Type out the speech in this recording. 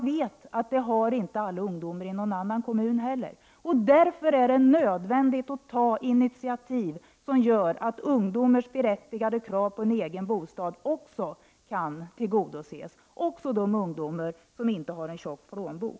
Det har för övrigt inte alla ungdomar i någon annan kommun heller. Därför är det nödvändigt att ta initiativ som gör att ungdomars berättigade krav på egen bostad också kan uppfyllas. Det gäller även för de ungdomar som inte har en tjock plånbok.